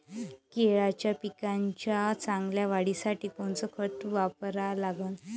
केळाच्या पिकाच्या चांगल्या वाढीसाठी कोनचं खत वापरा लागन?